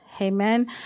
amen